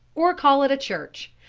or call it a church.